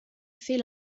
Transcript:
fait